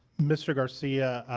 mr. garcia,